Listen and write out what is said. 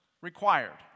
required